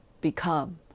become